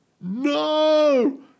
no